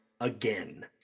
again